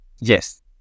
Yes